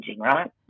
right